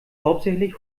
hauptsächlich